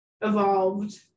evolved